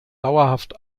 dauerhaft